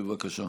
בבקשה.